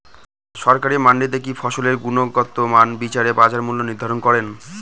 সরকারি মান্ডিতে কি ফসলের গুনগতমান বিচারে বাজার মূল্য নির্ধারণ করেন?